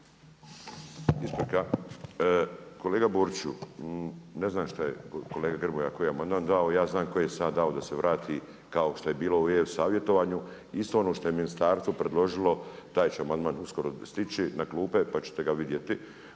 Isprika. Kolega Boriću, ne znam šta je kolega Grmoja koji amandman dao. Ja znam koji sam ja dao, da se vrati kao što je bilo u e-savjetovanju isto ono što je ministarstvo predložilo taj će amandman uskoro stići na klupe pa ćete ga vidjeti.